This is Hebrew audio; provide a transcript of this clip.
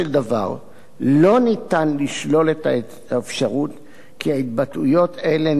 לא ניתן לשלול את האפשרות כי התבטאויות אלה נערכו ושונו